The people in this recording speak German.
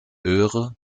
eure